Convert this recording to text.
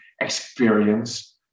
experience